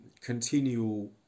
continue